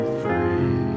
free